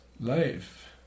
life